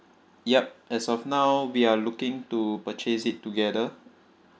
yup as of now we are looking to purchase it together